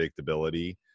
predictability